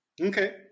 Okay